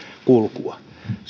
kulkua